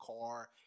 car